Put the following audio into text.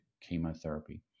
chemotherapy